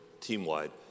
team-wide